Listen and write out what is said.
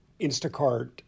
Instacart